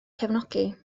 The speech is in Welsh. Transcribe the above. cefnogi